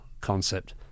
concept